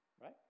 Right